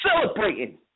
Celebrating